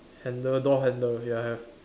handle door handle ya have